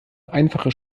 einfache